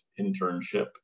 internship